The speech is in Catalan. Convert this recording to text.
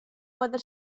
quatre